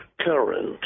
current